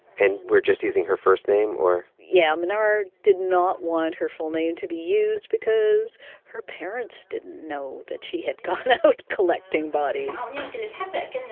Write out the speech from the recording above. and we're just using her first name? or. yeah. manar did not want her full name to be used because her parents didn't know that she had gone out collecting bodies like and